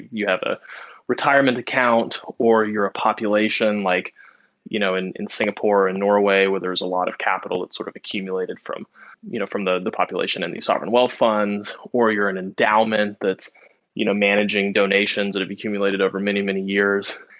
you have a retirement account or you're a population like you know in in singapore, in norway, where there's a lot of capital that's sort of accumulated from you know from the the population and the sovereign wealth funds, or you're an endowment that's you know managing donations that have accumulated over many, many years.